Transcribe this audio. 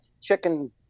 chicken